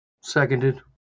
Seconded